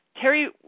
Terry